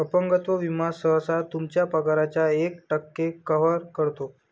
अपंगत्व विमा सहसा तुमच्या पगाराच्या एक टक्के कव्हर करतो